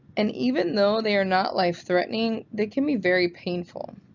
and even though they are not life threatening they can be very painful.